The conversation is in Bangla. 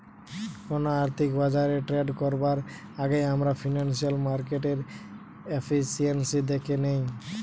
কোনো আর্থিক বাজারে ট্রেড করার আগেই আমরা ফিনান্সিয়াল মার্কেটের এফিসিয়েন্সি দ্যাখে নেয়